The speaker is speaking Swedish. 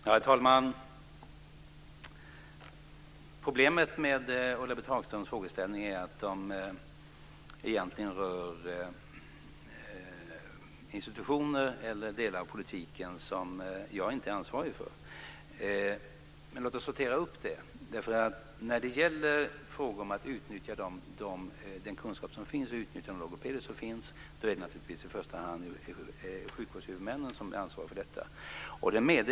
Herr talman! Problemet med Ulla-Britt Hagströms frågeställning är att den egentligen rör institutioner eller delar av politiken som jag inte är ansvarig för. Låt oss sortera det. När det gäller frågan om att utnyttja den kunskap som finns och utnyttja de logopeder som finns är det naturligtvis i första hand sjukvårdshuvudmännen som är ansvariga för detta.